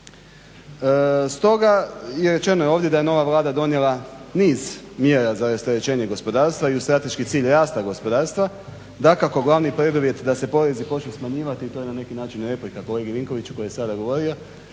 Stoga i rečeno je ovdje da je nova Vlada donijela niz mjera za rasterećenje gospodarstva i uz strateški cilj rasta gospodarstva dakako glavni preduvjet da se porezi počnu smanjivati to je na neki način replika kolegi Vinkoviću koji je sada govorio